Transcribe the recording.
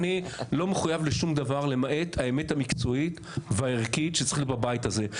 אני לא מחויב לשום דבר למעט האמת המקצועית הערכית שצריך להיות בבית הזה.